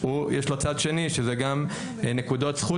הוא יש לו צד שני שזה גם נקודות זכות